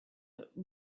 but